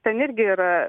ten irgi yra